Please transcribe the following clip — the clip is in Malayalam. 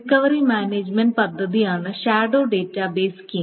റിക്കവറി മാനേജുമെന്റ് പദ്ധതിയാണ് ഷാഡോ ഡാറ്റാബേസ് സ്കീം